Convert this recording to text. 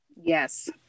Yes